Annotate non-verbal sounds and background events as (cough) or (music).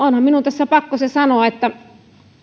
(unintelligible) onhan minun tässä pakko se sanoa